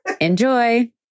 Enjoy